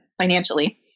financially